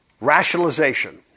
Rationalization